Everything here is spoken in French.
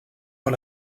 par